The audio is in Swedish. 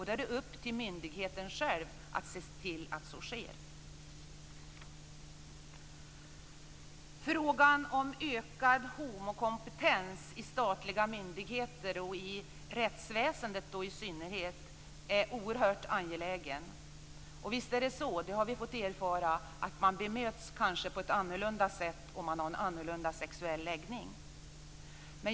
Det är upp till myndigheten själv att se till att så sker. Frågan om ökad homokompetens i statliga myndigheter och i rättsväsendet är oerhört angelägen. Visst har vi fått erfara att man kan bemötas på ett annorlunda sätt om man har en annorlunda sexuell läggning.